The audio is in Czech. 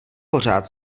pořád